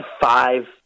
five